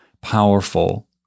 powerful